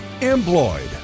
employed